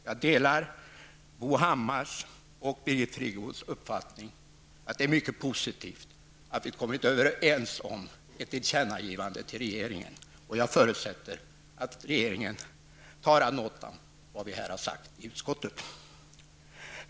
Jag delar Bo Hammars och Birgit Friggebos uppfattning att det är mycket positivt att vi har kommit överens om ett tillkännagivande till regeringen, och jag förutsätter att regeringen tar ad notam vad som har sagts i utskottet.